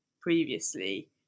previously